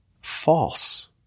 false